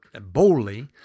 boldly